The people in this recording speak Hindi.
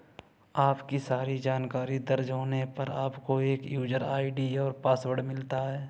आपकी सारी जानकारी दर्ज होने पर, आपको एक यूजर आई.डी और पासवर्ड मिलता है